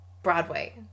broadway